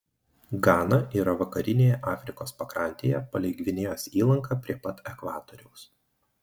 gana yra vakarinėje afrikos pakrantėje palei gvinėjos įlanką prie pat ekvatoriaus